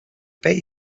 pay